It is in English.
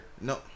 no